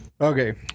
Okay